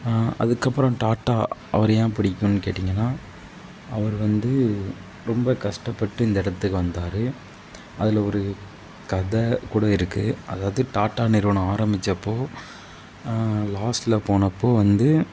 அதுக்கப்புறம் டாட்டா அவரை ஏன் புடிக்குன்னு கேட்டிங்கன்னா அவர் வந்து ரொம்ப கஷ்டப்பட்டு இந்த இடத்துக்கு வந்தார் அதில் ஒரு கதைக்கூட இருக்கு அதாவது டாட்டா நிறுவனோம் ஆரம்மிச்ச அப்போ லாஸில் போனப்போ வந்து